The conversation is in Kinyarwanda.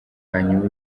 hanyuma